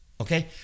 okay